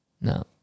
No